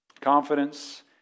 Confidence